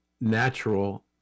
natural